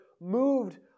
moved